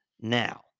now